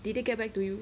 did they get back to you